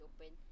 open